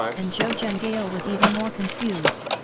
and zhou zhenghao ah was even more confused,